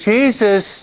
Jesus